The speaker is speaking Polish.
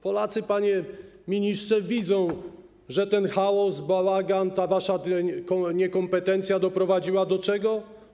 Polacy, panie ministrze, widzą, że ten chaos, bałagan, ta wasza niekompetencja doprowadziła do czego?